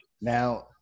Now